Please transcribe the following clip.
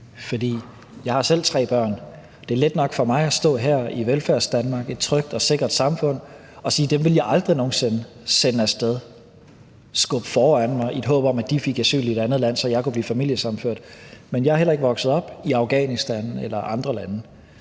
Jeg har selv tre børn. Det er let nok for mig at stå her i Velfærdsdanmark, et trygt og sikkert samfund, og sige, at dem vil jeg aldrig nogen sinde sende af sted, skubbe foran mig, i et håb om, at de fik asyl i et andet land, så jeg kunne blive familiesammenført. Men jeg er heller ikke vokset op i Afghanistan eller andre lande.